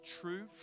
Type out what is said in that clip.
true